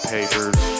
Papers